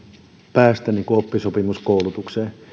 päästä oppisopimuskoulutukseen